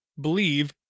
believe